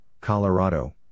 Colorado